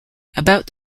about